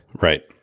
Right